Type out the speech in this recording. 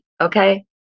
okay